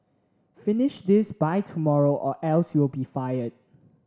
finish this by tomorrow or else you'll be fired